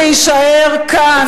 "אנחנו רוצים להישאר כאן".